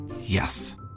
Yes